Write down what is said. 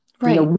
Right